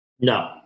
No